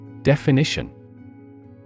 Definition